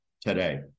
today